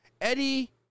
Eddie